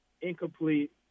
incomplete